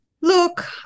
Look